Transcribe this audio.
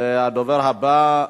הדובר הבא,